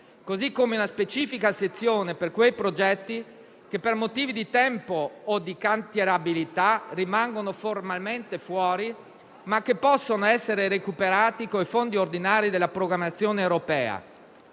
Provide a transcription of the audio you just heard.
come pure la specifica sezione per i progetti che per motivi di tempo o di cantierabilità rimangono formalmente fuori, ma che possono essere recuperati con i fondi ordinari della programmazione europea.